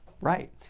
right